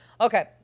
Okay